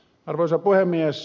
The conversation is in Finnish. arvoisa puhemies